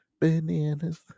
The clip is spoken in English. Bananas